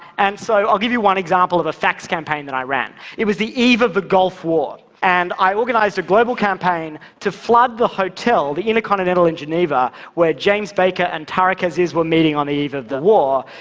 and so i'll give you one example of a fax campaign that i ran. it was the eve of the gulf war and i organized a global campaign to flood the hotel, the intercontinental in geneva, where james baker and tariq aziz were meeting on the eve of the war,